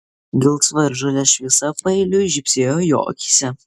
gelsva ir žalia šviesa paeiliui žybsėjo jo akyse